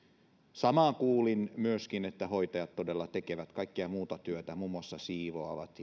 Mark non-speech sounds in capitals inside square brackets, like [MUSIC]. samaa kuulin myöskin että hoitajat todella tekevät kaikkea muuta työtä muun muassa siivoavat [UNINTELLIGIBLE]